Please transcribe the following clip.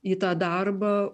į tą darbą